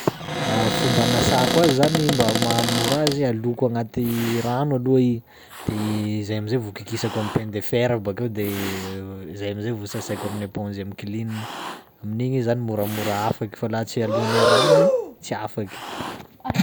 Fomba anasako azy zany mba mahamora azy aloko agnaty rano aloha i, de zay am'zay vao kikisako amy paille de fer bakeo de zay am'zay vao sasaiko amin'ny éponge amy klin, amin'igny izy zany moramora afaky fa laha tsy alonao rano i tsy afaky.